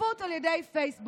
שקיפות על ידי פייסבוק,